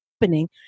happening